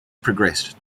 progressed